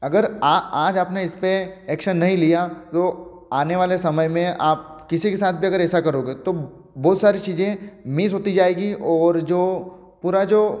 अगर आ आज आपने इस पर एक्शन नहीं लिया तो आने वाले समय में आप किसी के साथ भी अगर ऐसा करोगे तो बहुत सारी चीजे मिस होती जाएगी और जो पूरा जो